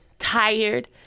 Tired